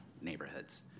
neighborhoods